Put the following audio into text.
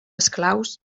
esclaus